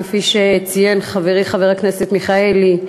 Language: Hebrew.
כפי שציין חברי חבר הכנסת מיכאלי,